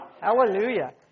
hallelujah